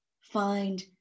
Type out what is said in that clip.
find